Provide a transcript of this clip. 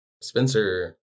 Spencer